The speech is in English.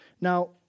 Now